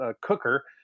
cooker